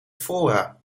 fora